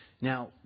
now